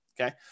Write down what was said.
okay